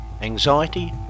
anxiety